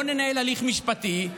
בוא ננהל הליך משפטי,